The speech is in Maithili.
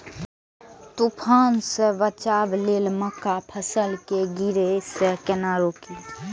तुफान से बचाव लेल मक्का फसल के गिरे से केना रोकी?